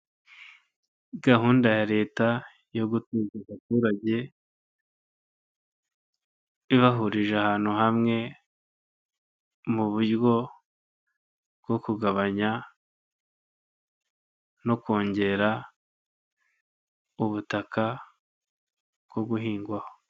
Gahunda ya leta yo gutuza abaturage ibahurije ahantu hamwe mu buryo bwo kugabanya no kongera ubutaka bwo guhingwa.